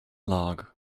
log